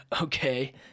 okay